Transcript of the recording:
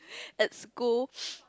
at school